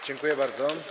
Dziękuję bardzo.